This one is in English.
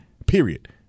Period